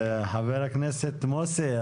חבר הכנסת מוסי,